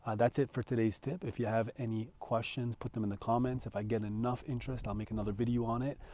and that's it for today's tip. if you have any questions, put them in the comments. if i get enough interest, i'll make another video on it.